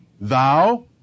Thou